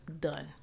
done